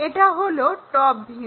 এটা হলো top view